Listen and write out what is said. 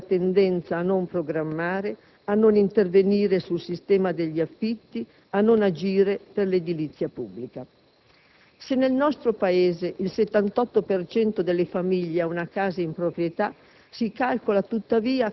occorre invertire la tendenza a non programmare, a non intervenire sul sistema degli affitti, a non agire per l'edilizia pubblica. Se nel nostro Paese il 78 per cento delle famiglie ha una casa in proprietà,